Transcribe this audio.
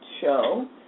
show